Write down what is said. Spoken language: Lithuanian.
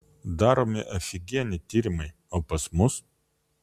daromi afigieni tyrimai o pas mus